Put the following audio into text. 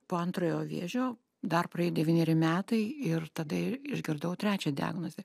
po antrojo vėžio dar praėjo devyneri metai ir tada išgirdau trečią diagnozę